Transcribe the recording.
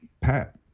Pat